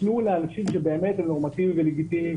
תנו לאנשים שהם באמת נורמטיביים ולגיטימיים